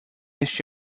este